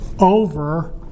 over